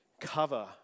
cover